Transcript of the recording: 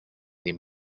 den